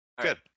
good